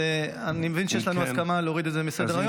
אז אני מבין שיש לנו הסכמה להוריד את זה מסדר-היום.